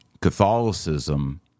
Catholicism